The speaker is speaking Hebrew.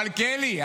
מלכיאלי,